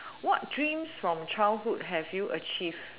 what dreams from childhood have you achieved